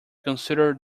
consider